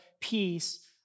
peace